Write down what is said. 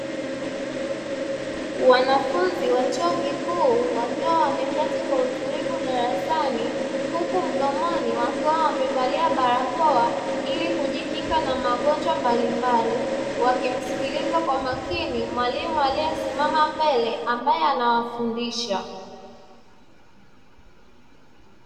Wanafunzi wa chuo kikuu wakiwa wameketi kwa utulivu darasani, huku mdomoni wakiwa wamevalia barakoa ili kujikinga na magonjwa mbalimbali wakimsikiliza kwa makini mwalimu aliyesimama mbele ambaye anawafundisha.